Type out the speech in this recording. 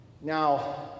Now